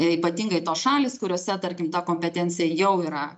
ypatingai tos šalys kuriose tarkim ta kompetencija jau yra